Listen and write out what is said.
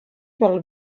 vol